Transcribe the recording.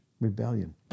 rebellion